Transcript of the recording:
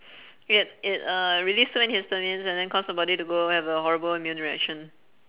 it it uh released too many histamines and then cause the body to go have a horrible immune reaction